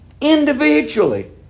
Individually